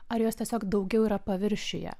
ar jos tiesiog daugiau yra paviršiuje